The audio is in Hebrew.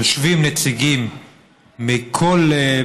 יושבים נציגים מכל,